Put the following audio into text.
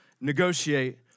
negotiate